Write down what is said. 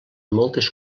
moltes